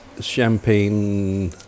champagne